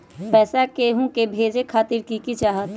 पैसा के हु के भेजे खातीर की की चाहत?